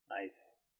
Nice